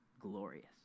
glorious